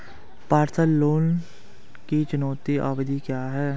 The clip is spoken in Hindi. पर्सनल लोन की चुकौती अवधि क्या है?